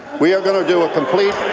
we are going to do a complete